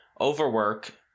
overwork